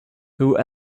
who